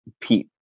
Pete